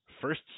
first